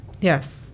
Yes